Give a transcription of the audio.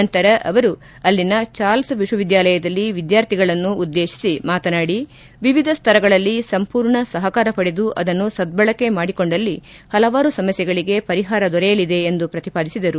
ನಂತರ ಅವರು ಅಲ್ಲಿನ ಜಕ್ ಗಣರಾಜ್ಯದ ಚಾರ್ಲ್ವ್ ವಿಶ್ವವಿದ್ಯಾಲಯದಲ್ಲಿ ವಿದ್ಯಾರ್ಥಿಗಳನ್ನುದ್ಲೇತಿಸಿ ಮಾತನಾಡಿ ವಿವಿಧ ಸ್ತರಗಳಲ್ಲಿ ಸಂಪೂರ್ಣ ಸಹಕಾರ ಪಡೆದು ಅದನ್ನು ಸಧ್ಗಳಕೆ ಮಾಡಿಕೊಂಡಲ್ಲಿ ಪಲವಾರು ಸಮಸ್ಗೆಗಳಿಗೆ ಪರಿಹಾರ ದೊರೆಯಲಿದೆ ಎಂದು ಪ್ರತಿಪಾದಿಸಿದರು